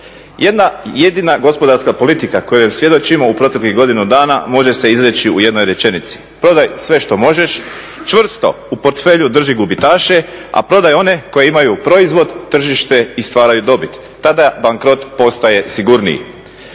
Jedna i jedina gospodarska politika kojoj svjedočimo u proteklih godinu dana može se izreći u jednoj rečenici. Prodaj sve što možeš, čvrsto … drži gubitaše, a prodaj one koji imaju proizvod, tržište i stvaraju dobit. Tada bankrot postaje sigurniji.